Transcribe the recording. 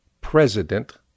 president